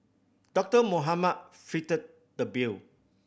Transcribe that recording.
Doctor Mohamed fitted the bill